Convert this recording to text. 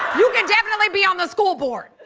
you can definitely be on the school board.